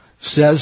says